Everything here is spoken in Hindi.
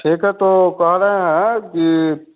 ठीक है तो कह रहे हैं कि